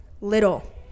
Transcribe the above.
Little